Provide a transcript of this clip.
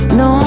no